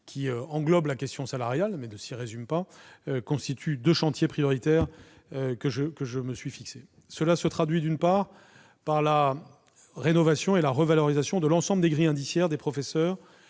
qui englobent la question salariale, mais ne s'y résument pas, constituent deux chantiers prioritaires que je me suis fixés. Cela se traduit par la rénovation et la revalorisation de l'ensemble des grilles indiciaires des professeurs